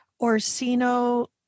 orsino